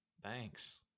thanks